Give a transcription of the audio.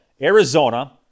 Arizona